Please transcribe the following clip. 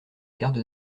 garde